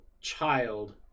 child